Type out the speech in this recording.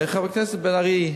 חבר הכנסת בן-ארי,